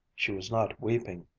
she was not weeping.